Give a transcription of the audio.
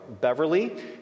Beverly